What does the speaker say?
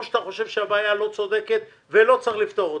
או שאתה חושב שהבעיה לא צודקת ולא צריך לפתור אותה,